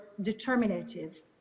determinative